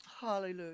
Hallelujah